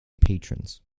patrons